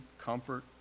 comfort